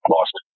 Lost